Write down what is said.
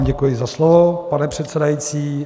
Děkuji vám za slovo, pane předsedající.